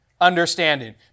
understanding